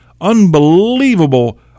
unbelievable